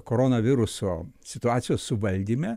koronaviruso situacijos suvaldyme